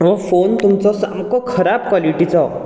phone तुमचो सामको खराब क्वॉलिटीचो